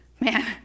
man